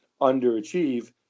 underachieve